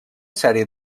sèrie